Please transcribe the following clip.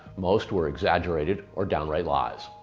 most were exaggerated or downright lies.